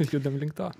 judam link to